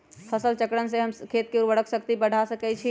फसल चक्रण से हम खेत के उर्वरक शक्ति बढ़ा सकैछि?